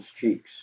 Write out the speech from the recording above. cheeks